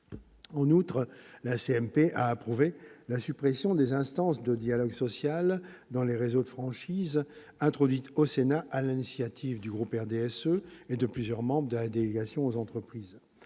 paritaire a approuvé la suppression des instances de dialogue social dans les réseaux de franchise, introduite au Sénat sur l'initiative du groupe du RDSE et de plusieurs membres de la délégation aux entreprises.